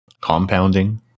compounding